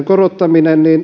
korottamisessa